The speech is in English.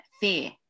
fear